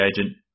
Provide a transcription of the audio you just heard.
agent